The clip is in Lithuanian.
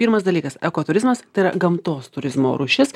pirmas dalykas eko turizmas tai yra gamtos turizmo rūšis